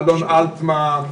אדם אלטמן,